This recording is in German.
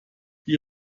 die